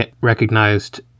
recognized